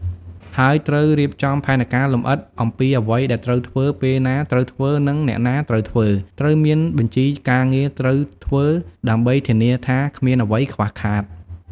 ហើយត្រូវរៀបចំផែនការលម្អិតអំពីអ្វីដែលត្រូវធ្វើ ពេលណាត្រូវធ្វើ និងអ្នកណាត្រូវធ្វើ ត្រូវមានបញ្ជីការងារត្រូវធ្វើដើម្បីធានាថាគ្មានអ្វីខ្វះខាត។